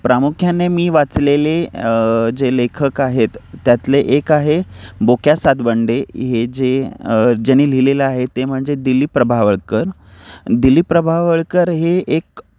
प्रामुख्याने मी वाचलेले जे लेखक आहेत त्यातले एक आहे बोक्या सातबंडे हे जे ज्यानी लिहिलेलं आहे ते म्हणजे दिलीप प्रभावळकर दिलीप प्रभावळकर हे एक